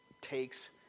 takes